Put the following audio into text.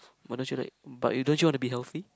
but don't you like but you don't you wanna be healthy